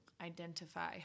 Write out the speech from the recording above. identify